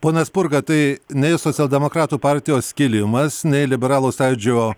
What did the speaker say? pone spurga tai nei socialdemokratų partijos skilimas nei liberalų sąjūdžio